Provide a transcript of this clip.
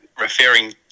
referring